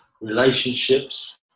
relationships